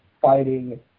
fighting